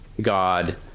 God